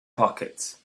pockets